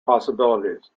possibilities